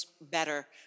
better